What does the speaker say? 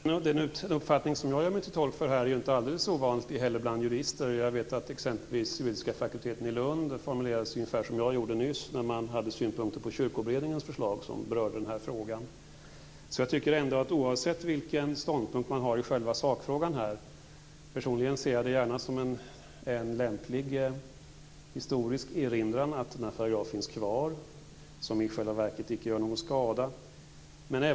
Fru talman! Den uppfattning som jag gör mig till tolk för här är heller inte alldeles ovanlig bland jurister. Jag vet att exempelvis juridiska fakulteten i Lund formulerade sig ungefär som jag gjorde nyss när man hade synpunkter på Kyrkoberedningens förslag, som berörde denna fråga. Personligen ser jag paragrafen som en lämplig historisk erinran och ser gärna att den finns kvar, eftersom den i själva verket icke gör någon skada.